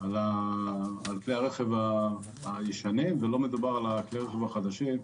על כלי הרכב הישנים ולא מדובר על כלי הרכב החדשים,